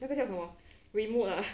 那个叫什么 remote ah